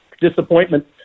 disappointment